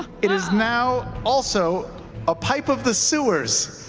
it is now also a pipe of the sewers.